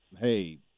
hey